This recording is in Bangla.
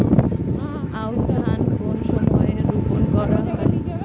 আউশ ধান কোন সময়ে রোপন করা হয়?